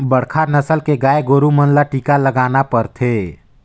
बड़खा नसल के गाय गोरु मन ल टीका लगाना परथे